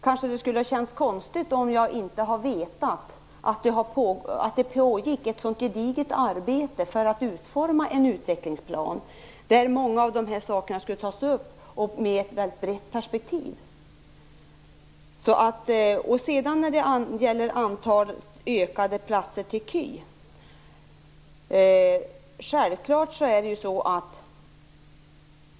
Kanske skulle det dock ha känts konstigt om jag inte hade vetat att det pågick ett så gediget arbete för att utforma en utvecklingsplan där många av de här sakerna kommer att tas upp med ett väldigt brett perspektiv.